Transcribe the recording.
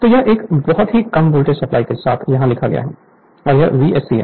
तो यह एक बहुत ही कम वोल्टेज सप्लाई के साथ यहां लिखा गया है और यह Vsc है